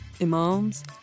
imams